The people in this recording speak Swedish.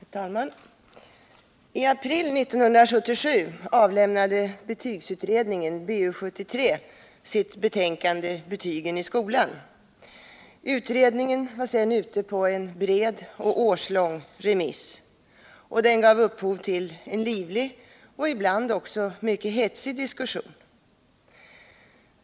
Herr talman! I april 1977 avlämnade betygsutredningen sitt betänkande Betygen i skolan. Betänkandet var sedan ute på en bred och årslång remiss. Denna gav upphov till en livlig och ibland också mycket hetsig diskussion.